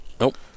Nope